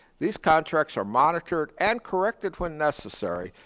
these contracts are monitored and corrected, when necessary,